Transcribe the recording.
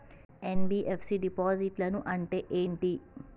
NBFC డిపాజిట్లను అంటే ఏంటి?